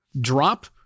Drop